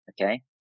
Okay